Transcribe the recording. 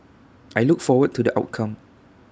I look forward to the outcome